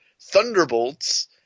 Thunderbolts